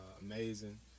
amazing